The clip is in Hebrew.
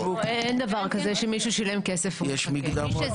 אין דבר כזה שמישהו שילם כסף ויחכה.